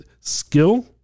skill